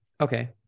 Okay